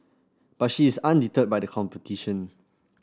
but she is undeterred by the competition